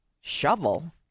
Shovel